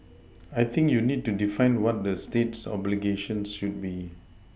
I think you need to define what the state's obligations should be